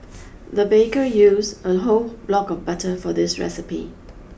the baker used a whole block of butter for this recipe